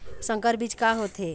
संकर बीज का होथे?